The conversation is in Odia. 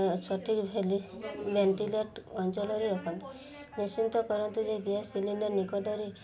ସଠିକ୍ ହେଲି ଭେଣ୍ଟିଲେଟ୍ ଅଞ୍ଚଳରେ ରଖନ୍ତି ନିଶ୍ଚିନ୍ତ କରନ୍ତୁ ଯେ ଗ୍ୟାସ୍ ସିଲିଣ୍ଡର ନିକଟରେ